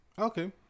Okay